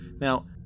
Now